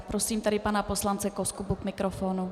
Prosím tedy pana poslance Koskubu k mikrofonu.